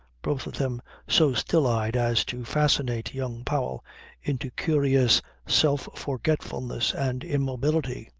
both of them so still-eyed as to fascinate young powell into curious self-forgetfulness and immobility.